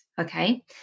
okay